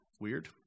Weird